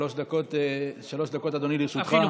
שלוש דקות לרשותך, אדוני.